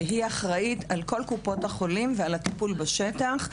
שאחראית על כל קופות החולים ועל הטיפול בשטח,